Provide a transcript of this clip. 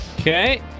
Okay